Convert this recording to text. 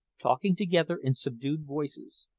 talking together in subdued voices,